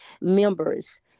members